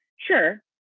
Sure